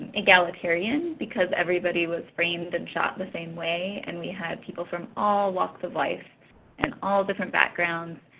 egalitarian because everybody was framed and shot in the same way and we had people from all walks of life and all different backgrounds,